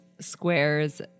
squares